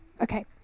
Okay